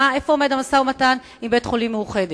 איפה עומד המשא-ומתן עם קופת-חולים "מאוחדת"?